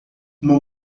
uma